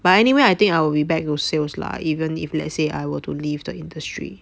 but anyway I think I will be back to sales lah even if let's say I were to leave the industry